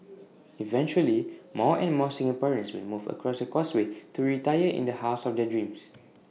eventually more and more Singaporeans will move across the causeway to retire in the house of their dreams